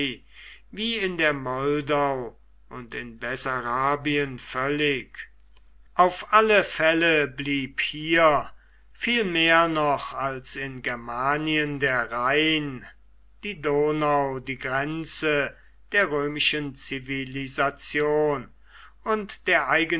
wie in der moldau und in bessarabien völlig auf alle fälle blieb hier viel mehr noch als in germanien der rhein die donau die grenze der römischen zivilisation und der